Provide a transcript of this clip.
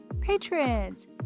patrons